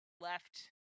left